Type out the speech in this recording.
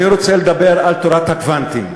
אני רוצה לדבר על תורת הקוונטים.